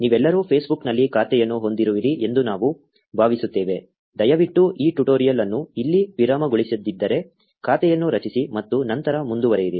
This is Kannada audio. ನೀವೆಲ್ಲರೂ Facebook ನಲ್ಲಿ ಖಾತೆಯನ್ನು ಹೊಂದಿರುವಿರಿ ಎಂದು ನಾವು ಭಾವಿಸುತ್ತೇವೆ ದಯವಿಟ್ಟು ಈ ಟ್ಯುಟೋರಿಯಲ್ ಅನ್ನು ಇಲ್ಲಿ ವಿರಾಮಗೊಳಿಸದಿದ್ದರೆ ಖಾತೆಯನ್ನು ರಚಿಸಿ ಮತ್ತು ನಂತರ ಮುಂದುವರಿಯಿರಿ